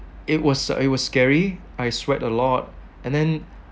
it was a it was scary I sweat a lot and then